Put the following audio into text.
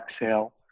exhale